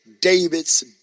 David's